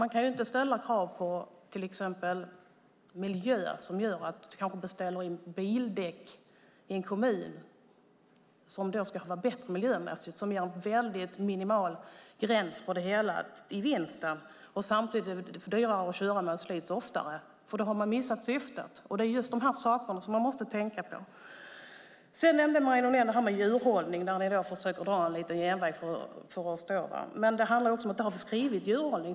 Det går inte att ställa krav på miljö som till exempel innebär att en kommun beställer miljövänliga bildäck som ger en minimal vinst men samtidigt blir dyrare att köra eftersom de slits snabbare. Då har syftet missats. Det är dessa saker man måste tänka på. Marie Nordén nämnde frågan om djurhållning.